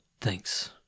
Thanks